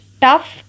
Tough